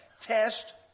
Test